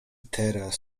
teraz